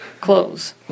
clothes